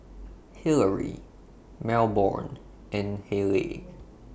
Hillery Melbourne and Haleigh